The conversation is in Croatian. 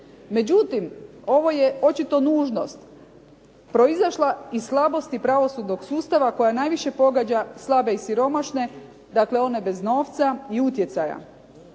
Međutim ovo je očito nužnost proizašla iz slabosti pravosudnog sustava koji najviše pogađa slabe i siromašne, dakle one bez novca i utjecaja.